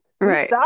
right